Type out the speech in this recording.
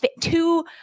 two